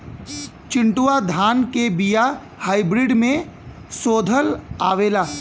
चिन्टूवा धान क बिया हाइब्रिड में शोधल आवेला?